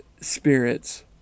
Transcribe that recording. spirits